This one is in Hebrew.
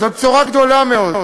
זאת בשורה גדולה מאוד.